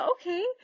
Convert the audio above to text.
Okay